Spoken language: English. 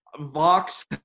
Vox